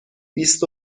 بیست